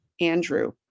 Andrew